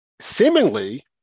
seemingly